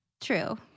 True